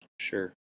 Sure